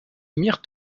mirent